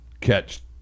catch